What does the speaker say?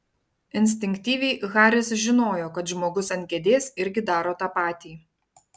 instinktyviai haris žinojo kad žmogus ant kėdės irgi daro tą patį